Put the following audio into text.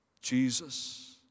Jesus